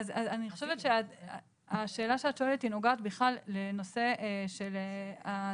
אני חושבת שהשאלה שאת שואלת היא נוגעת בכלל לנושא של סדרי